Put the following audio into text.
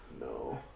No